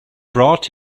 brought